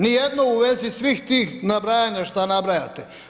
Nijedno u vezi svih tih nabrajanja što nabrajate.